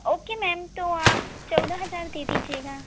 okay ma'am तो आप चौदह हज़ार दे दीजिएगा